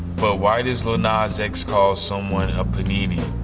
but why does lil nas x call someone a panini?